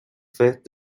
faits